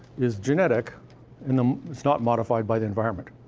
is genetic, and um it's not modified by the environment.